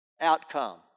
outcome